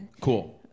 Cool